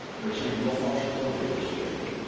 there seemed no possibility of escape.